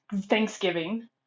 Thanksgiving